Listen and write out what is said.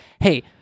Hey